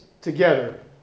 together